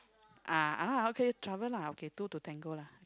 ah ah okay trouble lah okay two to tango lah